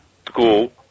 school